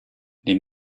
les